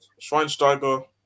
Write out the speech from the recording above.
Schweinsteiger